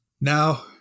Now